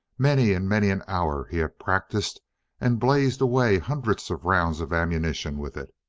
many and many an hour he had practiced and blazed away hundreds of rounds of ammunition with it.